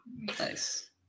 Nice